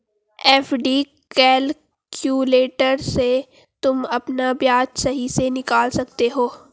FD calculator से तुम अपना ब्याज सही से निकाल सकते हो